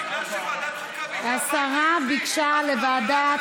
בגלל שוועדת החוקה בידי הבית היהודי אז היא מעבירה את זה לוועדת